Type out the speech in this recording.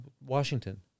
Washington